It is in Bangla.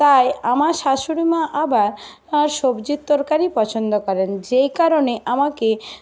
তাই আমার শাশুড়িমা আবার সবজির তরকারি পছন্দ করেন যেই কারণে আমাকে